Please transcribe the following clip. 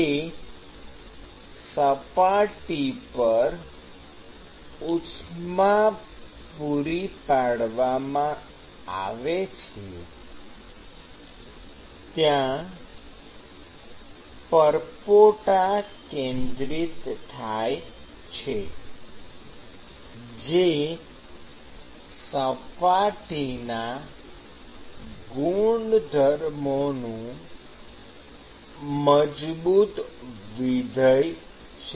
જે સપાટી પર ઉષ્મા પૂરી પાડવામાં આવે છે ત્યાં પરપોટા કેન્દ્રિત થાય છે જે સપાટીના ગુણધર્મોનું મજબૂત વિધેય છે